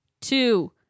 two